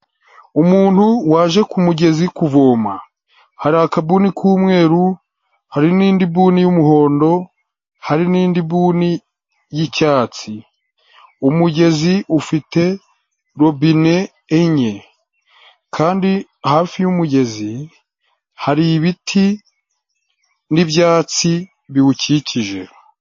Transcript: Umuntu waje ku mugezi kuvoma, hari akabuni k'umweru, hari n'indi buni y'umuhondo, hari n'indi buni y'icyatsi, umugezi ufite robine enye kandi hafi y'umugezi hari ibiti n'ibyatsi biwukikije.